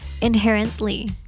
Inherently